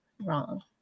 wrong